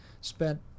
spent